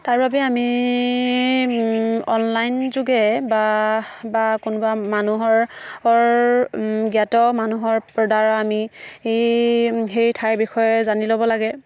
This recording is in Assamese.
তাৰবাবে আমি অনলাইন যোগে বা বা কোনোবা মানুহৰ জ্ঞাত মানুহৰ দ্বাৰা আমি সেই ঠাইৰ বিষয়ে জানি ল'ব লাগে